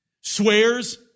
swears